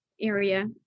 area